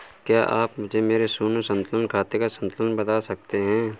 क्या आप मुझे मेरे शून्य संतुलन खाते का संतुलन बता सकते हैं?